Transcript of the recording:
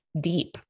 deep